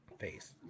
face